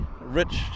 rich